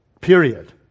period